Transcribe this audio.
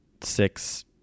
six